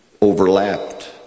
overlapped